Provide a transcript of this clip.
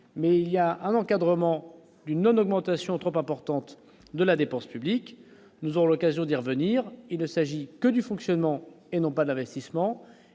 mais il y a un encadrement d'une augmentation trop importante de la dépense publique, nous aurons l'occasion d'y revenir, il ne s'agit que du fonctionnement et non pas d'investissement